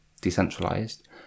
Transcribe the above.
decentralized